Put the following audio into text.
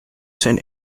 ten